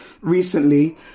recently